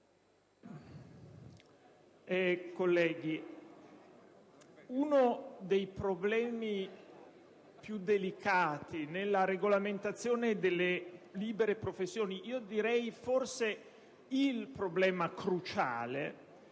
colleghi, uno dei problemi più delicati nella regolamentazione delle libere professioni, direi forse il problema cruciale,